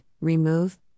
remove